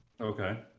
okay